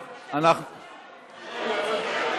רגע.